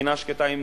בחינה שקטה,